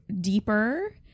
deeper